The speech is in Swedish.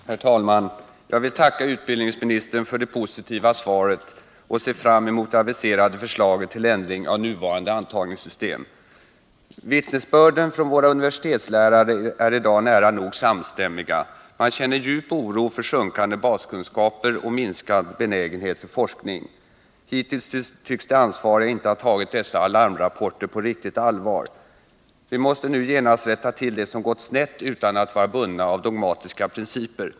Herr talman! Jag vill tacka utbildningsministern för det positiva svaret och ser fram emot det aviserade förslaget till ändring av nuvarande antagningssystem. Vittnesbörden från våra universitetslärare är i dag nära nog samstämmiga: man känner djup oro för sjunkande baskunskaper och minskad benägenhet för forskning. Hittills tycks de ansvariga inte ha tagit dessa alarmrapporter på riktigt allvar. Vi måste nu genast rätta till det som gått snett, utan att vara bundna av dogmatiska principer.